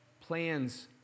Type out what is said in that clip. Plans